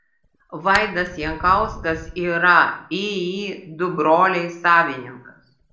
vaidas jankauskas yra iį du broliai savininkas